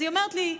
אז היא אומרת לי: